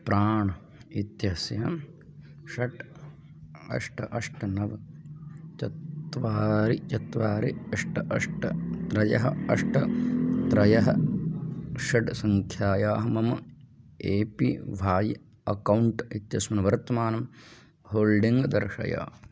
प्राण् इत्यस्य षट् अष्ट अष्ट नव चत्वारि चत्वारि अष्ट अष्ट त्रीणि अष्ट त्रीणि षट् सङ्ख्यायाः मम ए पी व्हाय् अकौण्ट् इत्यस्मिन् वर्तमानं होल्डिङ्ग् दर्शय